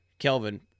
Kelvin